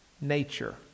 nature